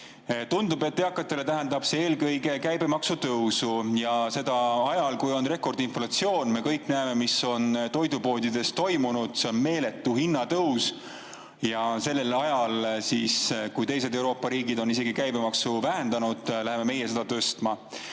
Tundub, et eakatele tähendab see eelkõige käibemaksu tõusu ja seda ajal, kui on rekordinflatsioon. Me kõik näeme, mis on toidupoodides toimunud, seal on meeletu hinnatõus. Samal ajal, kui teised Euroopa riigid on käibemaksu isegi vähendanud, läheme meie seda tõstma.